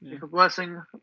blessing